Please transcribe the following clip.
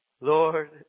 Lord